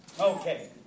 Okay